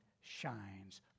shines